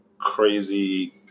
crazy